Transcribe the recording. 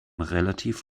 relativ